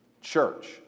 church